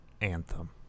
Anthem